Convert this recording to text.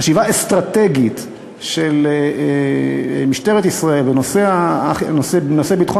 חשיבה אסטרטגית של משטרת ישראל בנושא ביטחון